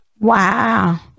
wow